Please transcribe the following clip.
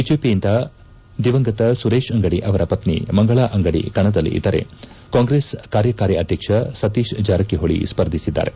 ಬಿಜೆಪಿಯಿಂದ ದಿವಂಗತ ಸುರೇಶ್ ಅಂಗಡಿ ಅವರ ಪತ್ನಿ ಮಂಗಳಾ ಅಂಗಡಿ ಕಣದಲ್ಲಿದ್ದರೆ ಕಾಂಗ್ರೆಸ್ ಕಾರ್ಯಕಾರಿ ಅಧ್ಯಕ್ಷ ಸತೀಶ್ ಜಾರಕಿಹೊಳಿ ಸ್ವರ್ಧಿಸಿದ್ದಾರೆ